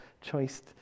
choice